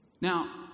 Now